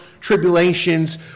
tribulations